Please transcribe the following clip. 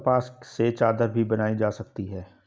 कपास से चादर भी बनाई जा सकती है